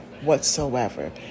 whatsoever